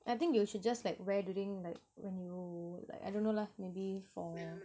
I think you should just like wear during like oo like I don't know lah maybe for